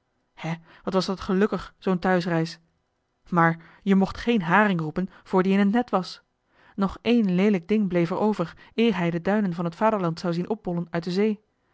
hè wat was dat gelukkig zoo'n thuisreis maar je mocht geen haring roepen vr die in t net was nog één leelijk ding bleef er over eer hij de duinen van het vaderland zou zien opbollen uit de zee